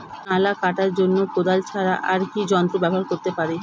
নালা কাটার জন্য কোদাল ছাড়া আর কি যন্ত্র ব্যবহার করতে পারি?